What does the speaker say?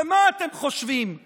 ומה אתם חושבים,